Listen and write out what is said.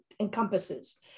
encompasses